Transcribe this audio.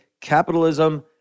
capitalism